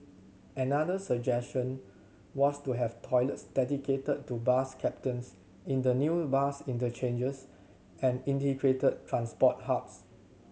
another suggestion was to have toilets dedicated to bus captains in the new bus interchanges and integrated transport hubs